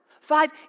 five